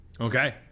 Okay